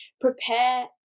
prepare